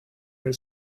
her